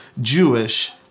Jewish